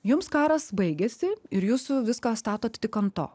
jums karas baigėsi ir jūsų viską statot tik ant to